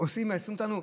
עושים ומייסרים אותנו.